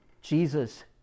Jesus